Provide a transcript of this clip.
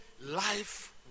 life